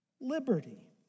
liberty